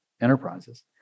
enterprises